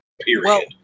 Period